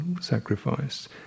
sacrifice